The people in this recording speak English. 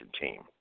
Team